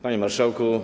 Panie Marszałku!